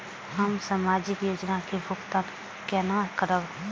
हम सामाजिक योजना के भुगतान केना करब?